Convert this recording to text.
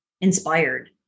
inspired